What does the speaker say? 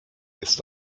ist